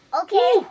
Okay